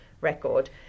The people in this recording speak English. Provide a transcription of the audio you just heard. record